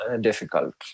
difficult